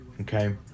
okay